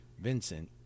Vincent